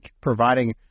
providing